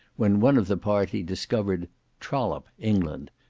when one of the party discovered trollope, england,